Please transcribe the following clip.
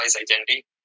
identity